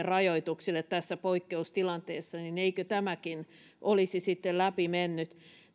rajoituksille tässä poikkeustilanteessa niin eikö tämäkin olisi sitten läpi mennyt